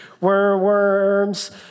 worms